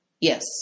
Yes